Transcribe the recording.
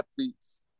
athletes